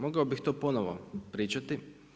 Mogao bih to ponovo pričati.